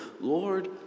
Lord